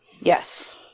Yes